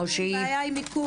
או שהיא --- יש פה בעיה עם מיקום.